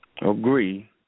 Agree